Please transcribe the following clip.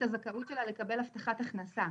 הזכאות שלה לקבל תשלום של הבטחת הכנסה.